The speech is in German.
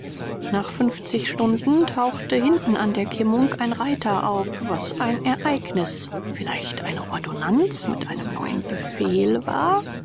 nach fünfzig stunden tauchte hinten an der kimmung ein reiter auf was ein ereignis vielleicht eine ordonnanz mit einem neuen befehl war